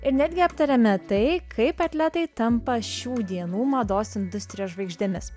ir netgi aptarėme tai kaip atletai tampa šių dienų mados industrijos žvaigždėmis